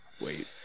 wait